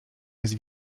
jest